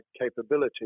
capability